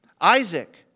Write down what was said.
Isaac